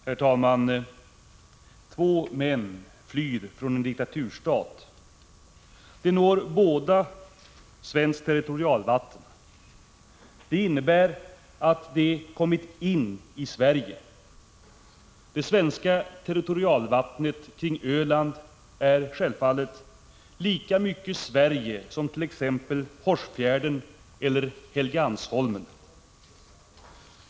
Herr talman! Två män flyr från en diktaturstat. De når båda svenskt territorialvatten. Det innebär att de kommit in i Sverige. Det svenska territorialvattnet kring Öland är självfallet lika mycket Sverige som t.ex. Hårsfjärden eller Helgeandsholmen.